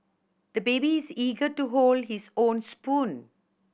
the baby is eager to hold his own spoon